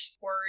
Word